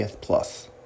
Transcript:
Plus